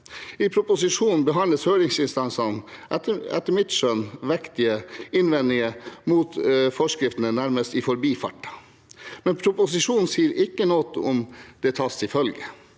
I proposisjonen behandles høringsinstansenes etter mitt skjønn vektige innvendinger mot forskriftene nærmest i forbifarten, men proposisjonen sier ikke noe om hvorvidt dette tas til følge.